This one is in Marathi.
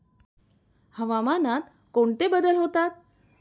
हवामानात कोणते बदल होतात?